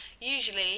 Usually